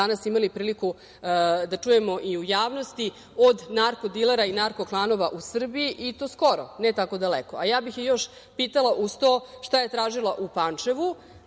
danas imali priliku da čujemo i u javnosti, od narko-dilera i narko-klanova u Srbiji i to skoro, ne tako daleko? Uz to, ja bih je još pitala šta je tražila u Pančevu,